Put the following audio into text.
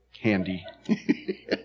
handy